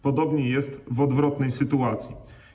Podobnie jest w odwrotnej sytuacji.